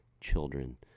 children